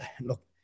look